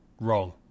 Wrong